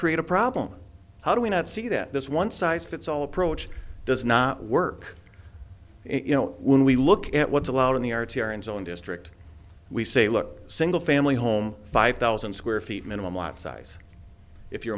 create a problem how do we not see that this one size fits all approach does not work and you know when we look at what's allowed in the arts here in zone district we say look single family home five thousand square feet minimum lot size if you're